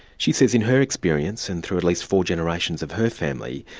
she says in her experience, and through at least four generations of her family,